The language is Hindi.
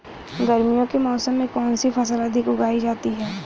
गर्मियों के मौसम में कौन सी फसल अधिक उगाई जाती है?